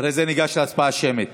אחרי זה ניגש להצבעה שמית.